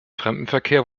fremdenverkehr